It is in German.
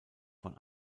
von